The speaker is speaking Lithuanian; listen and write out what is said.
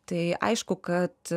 tai aišku kad